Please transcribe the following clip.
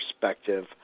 perspective